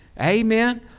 Amen